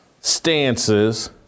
stances